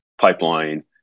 pipeline